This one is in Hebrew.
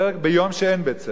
ביום שאין לימודים.